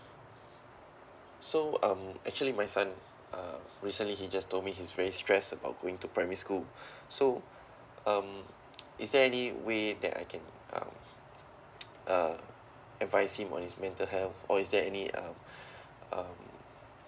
so um actually my son uh recently he just told me he's very stressed about going to primary school so um is there any way that I can uh uh advise him on his mental health or is there any uh um